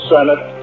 Senate